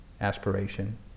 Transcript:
aspiration